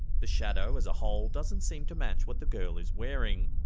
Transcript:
the shadow as a whole doesn't seem to match what the girl is wearing.